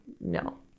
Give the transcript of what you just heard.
No